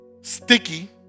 sticky